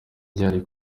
gihari